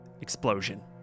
explosion